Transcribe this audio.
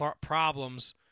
problems